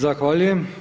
Zahvaljujem.